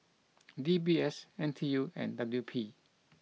D B S N T U and W P